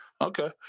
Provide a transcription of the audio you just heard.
Okay